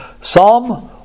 Psalm